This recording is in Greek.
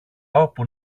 όπου